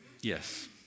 Yes